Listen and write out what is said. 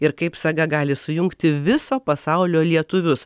ir kaip saga gali sujungti viso pasaulio lietuvius